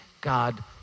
God